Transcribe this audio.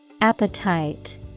Appetite